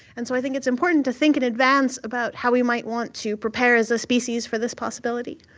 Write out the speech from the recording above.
and so i think it's important to think in advance about how we might want to prepare as a species for this possibility.